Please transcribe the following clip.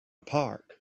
park